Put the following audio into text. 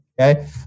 Okay